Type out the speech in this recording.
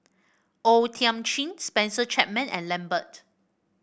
O Thiam Chin Spencer Chapman and Lambert